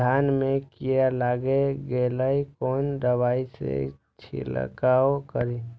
धान में कीरा लाग गेलेय कोन दवाई से छीरकाउ करी?